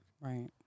Right